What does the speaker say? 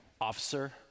officer